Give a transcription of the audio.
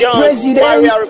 president